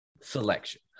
selection